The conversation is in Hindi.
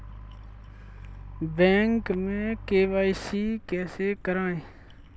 बैंक में के.वाई.सी कैसे करायें?